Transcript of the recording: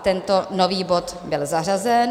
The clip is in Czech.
Tento nový bod byl zařazen.